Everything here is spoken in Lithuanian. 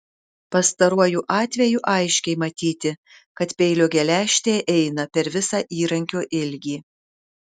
pastaruoju atveju aiškiai matyti kad peilio geležtė eina per visą įrankio ilgį